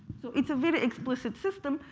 so it's a very explicit system.